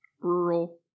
rural